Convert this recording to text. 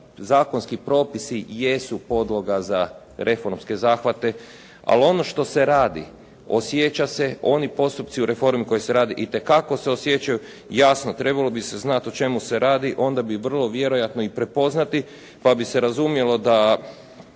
zakonski propisi jesu podloga za reformske zahvate, ali ono što se radi osjeća se, oni postupci u reformi koji se rade itekako se osjećaju. Jasno, trebalo bi se znati o čemu se radi, onda bi vrlo vjerojatno i prepoznati pa bi se razumjelo da